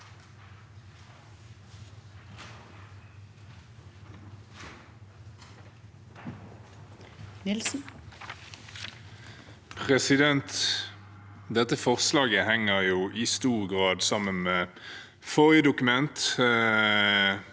Dette forsla- get henger i stor grad sammen med forrige dokument.